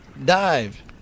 dive